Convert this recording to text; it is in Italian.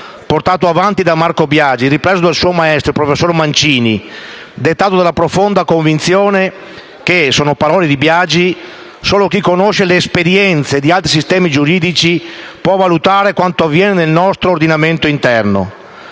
portato avanti da Marco Biagi, ripreso dal suo maestro, il professor Mancini, dettato dalla profonda convinzione che - sono parole di Biagi - «solo chi conosce le esperienze di altri sistemi giuridici può valutare quanto avviene nel proprio ordinamento interno.